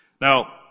Now